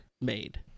made